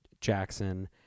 Jackson